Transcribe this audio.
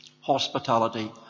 Hospitality